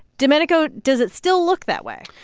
domenico, does it still look that way?